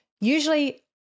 Usually